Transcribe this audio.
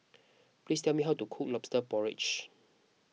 please tell me how to cook Lobster Porridge